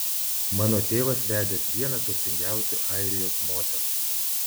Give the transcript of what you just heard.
mano tėvas vedęs vieną turtingiausių airijos moterų